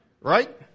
right